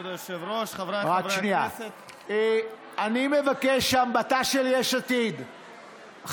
אני מבקש, בתא של יש עתיד,